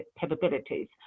capabilities